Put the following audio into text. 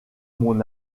mon